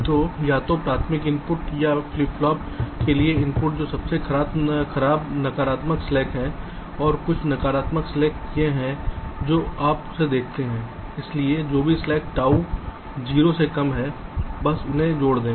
तो या तो प्राथमिक आउटपुट या फ्लिप फ्लॉप के लिए इनपुट जो सबसे खराब नकारात्मक स्लैक है और कुल नकारात्मक स्लैक यह है जो आप इसे देखते हैं इसलिए जो भी स्लैक 0 से कम है बस उन्हें जोड़ दें